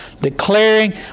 declaring